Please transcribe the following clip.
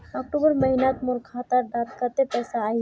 अक्टूबर महीनात मोर खाता डात कत्ते पैसा अहिये?